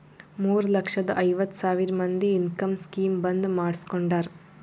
ಮೂರ ಲಕ್ಷದ ಐವತ್ ಸಾವಿರ ಮಂದಿ ಇನ್ಕಮ್ ಸ್ಕೀಮ್ ಬಂದ್ ಮಾಡುಸ್ಕೊಂಡಾರ್